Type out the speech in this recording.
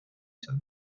شوید